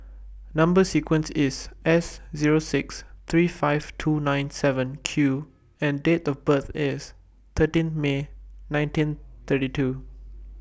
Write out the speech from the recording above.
Number sequence IS S Zero six three five two nine seven Q and Date of birth IS thirteen May nineteen thirty two